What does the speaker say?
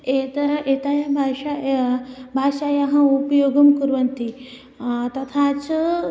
एतः एतया भाषया भाषायाः उपयोगं कुर्वन्ति तथा च